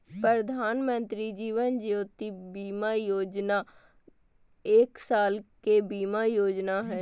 प्रधानमंत्री जीवन ज्योति बीमा योजना एक साल के बीमा योजना हइ